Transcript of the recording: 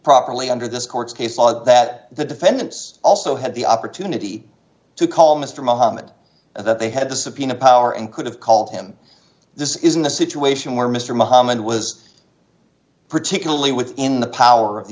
properly under this court's case law that the defendants also had the opportunity to call mr muhammad that they had the subpoena power and could have called him this isn't a situation where mr muhammad was particularly within the power of the